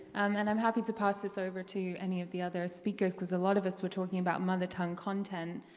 and i'm happy to pass this over to any of the other speakers, because a lot of us were talking about mother tongue content.